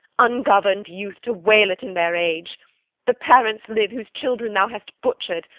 ungovern'd youth, to wail it in their age the parents live whose children thou hast butcher'd,